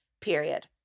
period